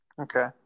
Okay